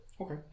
Okay